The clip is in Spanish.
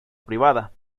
privada